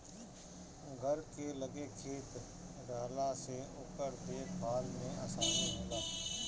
घर के लगे खेत रहला से ओकर देख भाल में आसानी होला